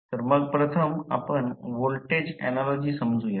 तर मग प्रथम आपण व्होल्टेज ऍनालॉजी समजू या